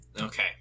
Okay